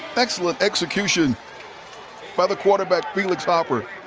excellent execution by the quarterback, felix harper.